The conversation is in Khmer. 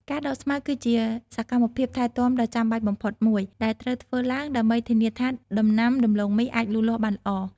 ការដកស្មៅគឺជាសកម្មភាពថែទាំដ៏ចាំបាច់បំផុតមួយ ដែលត្រូវធ្វើឡើងដើម្បីធានាថាដំណាំដំឡូងមីអាចលូតលាស់បានល្អ។